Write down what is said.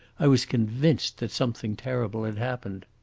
i was convinced that something terrible had happened.